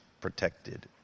protected